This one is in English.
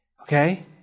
Okay